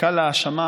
השתקה להאשמה,